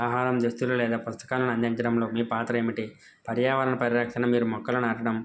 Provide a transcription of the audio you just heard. ఆహారం దస్తులు లేదా పుస్తకాలను అందించడంలో మీ పాత్ర ఏమిటి పర్యావరణ పరిరక్షణ మీరు మొక్కలు నాటడం